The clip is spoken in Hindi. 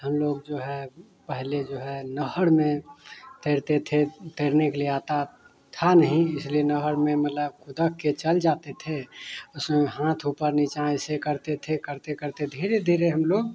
हम लोग जो है पहले जो है नाहड़ में तैरते थे तैरने के लिए आता था नहीं इसलिए नहर में मतलब कुदा कर चल जाते थे उसमें हाथ ऊपर नीचा ऐसे करते थे करते करते धीरे धीरे हम लोग